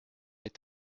est